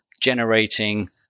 generating